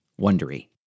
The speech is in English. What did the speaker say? Wondery